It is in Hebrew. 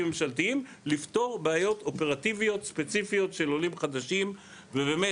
הממשלתיים לפתור בעיות אופרטיביות ספציפיות של עולים חדשים ובאמת